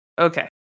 Okay